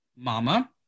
Mama